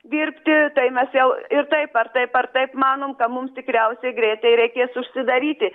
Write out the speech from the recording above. dirbti tai mes jau ir taip ar taip ar taip manom ką mums tikriausiai greitai reikės užsidaryti